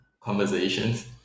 conversations